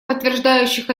подтверждающих